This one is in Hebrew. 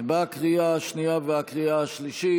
לקריאה השנייה ולקריאה השלישית.